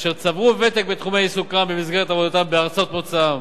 אשר צברו ותק בתחומי עיסוקם במסגרת עבודתם בארצות מוצאם.